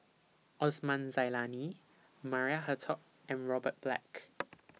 Osman Zailani Maria Hertogh and Robert Black